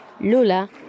Lula